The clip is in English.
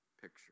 picture